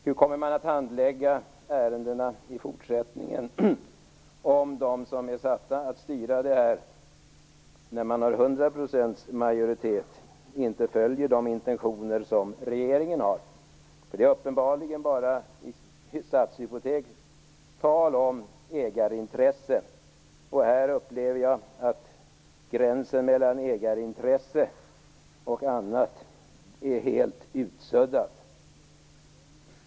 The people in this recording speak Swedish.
Hur kommer man att handlägga ärenden i fortsättningen, om de som är satta att styra när staten har 100 majoritet inte följer de intentioner som regeringen har? Det är uppebarligen bara tal om ägarintresse ifråga om Stadshypotek. Jag upplever att gränsen mellan ägarintresse och annat är helt utsuddad.